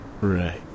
Right